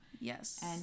yes